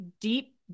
deep